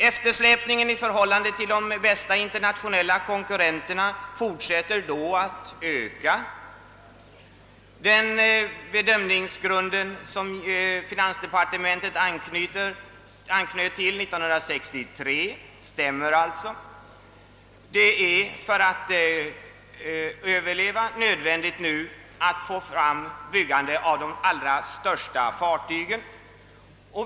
Eftersläpningen i förhållande till de bästa internationella konkurrenterna fortsätter då att öka enligt den bedömningsgrund som finansdepartementet anknöt till 1963. För att överleva är det nödvändigt att nu kunna bygga även fartyg av den allra största storleksklassen.